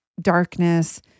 darkness